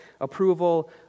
approval